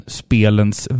spelens